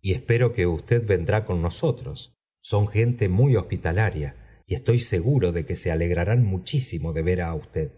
y espero que usted vendrá con nosotros son gente muy hospitalaria y estoy seguro do que so alegrarán muchísimo de ver á usted